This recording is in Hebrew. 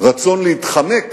רצון להתחמק